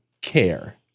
care